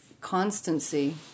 constancy